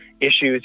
issues